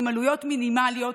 עם עלויות מינימליות,